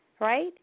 right